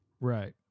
right